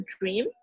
dream